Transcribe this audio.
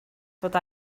bod